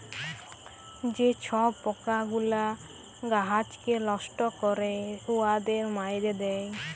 যে ছব পকাগুলা গাহাচকে লষ্ট ক্যরে উয়াদের মাইরে দেয়